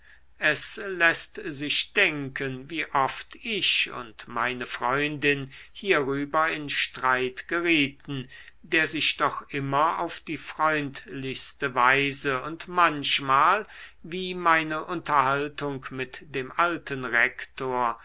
es läßt sich denken wie oft ich und meine freundin hierüber in streit gerieten der sich doch immer auf die freundlichste weise und manchmal wie meine unterhaltung mit dem alten rektor